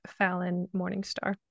fallonmorningstar